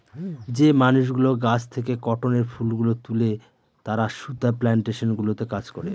যে মানুষগুলো গাছ থেকে কটনের ফুল গুলো তুলে তারা সুতা প্লানটেশন গুলোতে কাজ করে